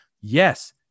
Yes